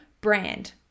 brand